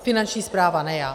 Finanční správa, ne já.